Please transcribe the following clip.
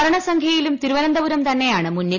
മരണസംഖ്യയിലും തിരുവനന്തപുരം തന്നെയാണ് മുന്നിൽ